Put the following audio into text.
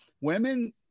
women